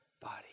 body